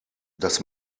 das